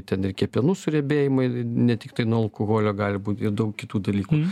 ten ir kepenų suriebėjimai ne tiktai nuo alkoholio gali būt ir daug kitų dalykų